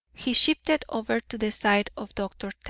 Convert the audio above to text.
he shifted over to the side of dr.